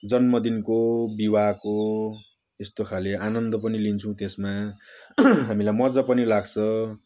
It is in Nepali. जन्मदिनको विवाहको यस्तोखाले आनन्द पनि लिन्छौँ त्यसमा हामीलाई मजा पनि लाग्छ